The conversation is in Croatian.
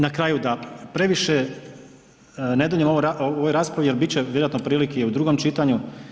Na kraju da previše ne duljim u ovoj raspravi jer bit će vjerojatno prilike i u drugom čitanju.